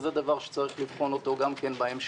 וזה דבר שצריך לבחון אותו גם בהמשך.